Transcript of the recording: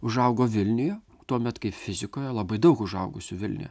užaugo vilniuje tuomet kai fizikoje labai daug užaugusių vilniuje